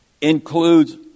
includes